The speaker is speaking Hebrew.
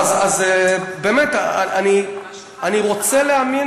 אני רוצה להאמין